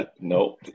Nope